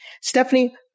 Stephanie